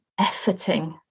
efforting